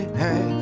hey